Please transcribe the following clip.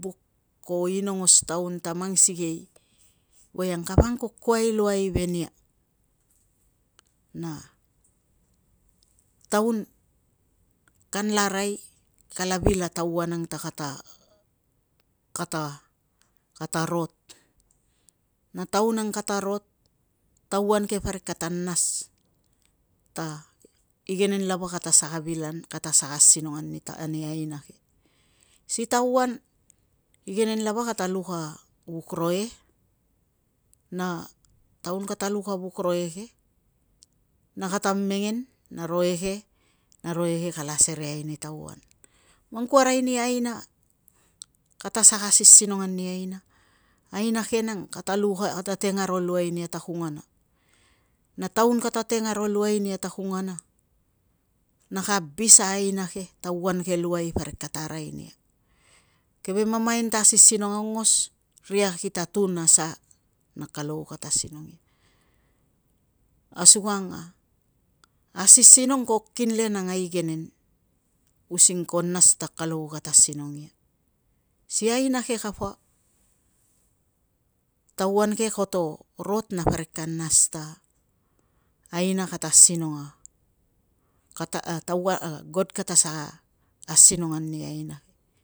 Ko inongos taun ta mang sikei voiang kapa angkukuai luai ve nia, na taun kanla arai kala vil a tauan ang ta kata rot, na tauan ang kata rot, tauan ke parik kata nas ta igenen lava kata saka asinong ani aina ke. Si tauan igenen lava kata luk a vuk roe, na taun kata luk a vuk roe ke, na kata mengen na roe ke na roe ke kala asereai ni tauan. Man ku arai ni aina, kata saka asisinongan ni aina, aina ke nang kata teng aro luai nia ta kungana, na taun kata teng aro luai nia ta kungana, na ka abis a aina ke. Tauan ke luai parik kata arai nia. Keve mamain ta asisinong aungos ria kita tun a sa kalou kata asinong ia. Asukang a asisinong ko kinle nang a igenen using ko nas ta kalou kata asinong ia. Si aina ke kapa tauan ke, koto rot na parik ka nas ta god kata saka asinong an ani aina